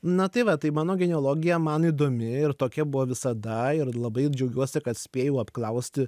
na tai va tai mano genealogija man įdomi ir tokia buvo visada ir labai džiaugiuosi kad spėjau apklausti